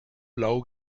blau